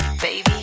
baby